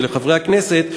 ולחברי הכנסת,